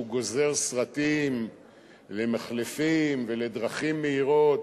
גוזר סרטים למחלפים ולדרכים מהירות,